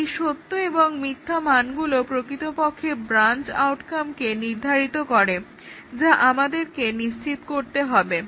এই সত্য এবং মিথ্যা মানগুলো প্রকৃতপক্ষে ব্রাঞ্চ আউটকামকে নির্ধারিত করে যা আমাদেরকে নিশ্চিত করতে হবে